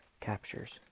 captures